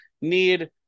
need